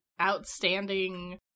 outstanding